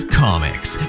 comics